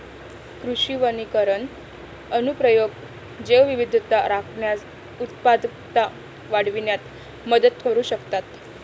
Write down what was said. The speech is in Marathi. कृषी वनीकरण अनुप्रयोग जैवविविधता राखण्यास, उत्पादकता वाढविण्यात मदत करू शकतात